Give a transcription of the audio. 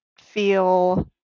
feel